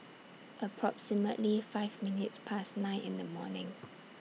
approximately five minutes Past nine in The morning